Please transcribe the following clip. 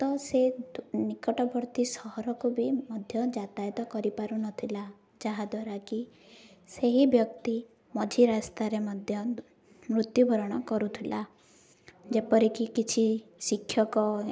ତ ସେ ନିକଟବର୍ତ୍ତୀ ସହରକୁ ବି ମଧ୍ୟ ଯାତାୟତ କରିପାରୁନଥିଲା ଯାହାଦ୍ୱାରା କି ସେହି ବ୍ୟକ୍ତି ମଝି ରାସ୍ତାରେ ମଧ୍ୟ ମୃତ୍ୟୁବରଣ କରୁଥିଲା ଯେପରିକି କିଛି ଶିକ୍ଷକ